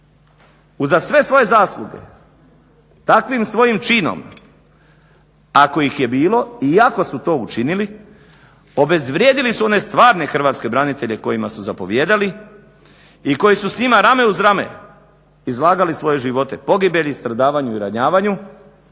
uza sve svoje zasluge takvim svojim činom ako ih je bilo i ako su to učinili obezvrijedili su one stvarne hrvatske branitelje kojima su zapovijedali i koji su s njima rame uz rame izlagali svoje živote pogibelji, stradavanju i ranjavanju,